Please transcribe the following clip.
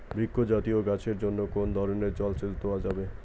বৃক্ষ জাতীয় গাছের জন্য কোন ধরণের জল সেচ দেওয়া যাবে?